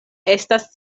estas